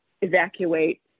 evacuate